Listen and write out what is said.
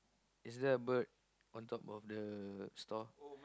is there a bird on top of the store